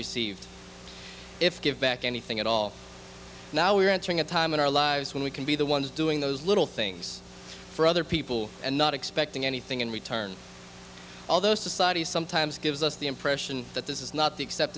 received if give back anything at all now we are entering a time in our lives when we can be the ones doing those little things for other people and not expecting anything in return although society sometimes gives us the impression that this is not the accept